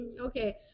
Okay